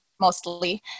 mostly